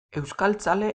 euskaltzale